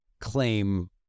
claim